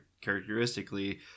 characteristically